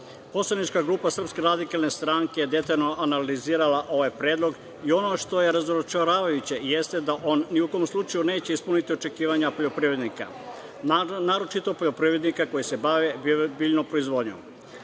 ništa suštinski. Poslanička grupa SRS detaljno je analizirala ovaj predlog i ono što je razočaravajuće jeste da on ni u kom slučaju neće ispuniti očekivanja poljoprivrednika, naročito poljoprivrednika koji se bave biljnom proizvodnjom. Jedna